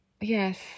Yes